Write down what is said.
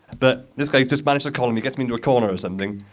but this guy just managed to corner me, gets me into a corner or something,